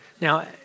Now